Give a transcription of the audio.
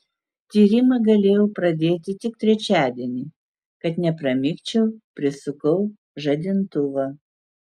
tyrimą galėjau pradėti tik trečiadienį kad nepramigčiau prisukau žadintuvą